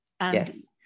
yes